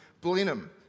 Blenheim